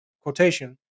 Quotation